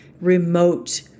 remote